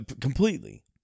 completely